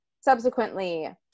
subsequently